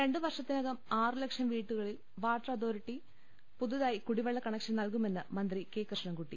രണ്ട് വർഷത്തിനകം ആറ് ലക്ഷം വീടുകളിൽ വാട്ടർ അതോ റിറ്റി പുതുതായി കൂടിവെള്ള് കണക്ഷൻ നൽകുമെന്ന് മന്ത്രി കെ കൃഷ്ണൻകുട്ടി